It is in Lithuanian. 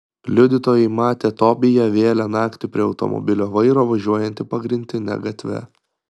liudytojai matę tobiją vėlią naktį prie automobilio vairo važiuojantį pagrindine gatve